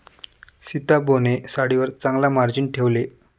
सीताबोने साडीवर चांगला मार्जिन ठेवले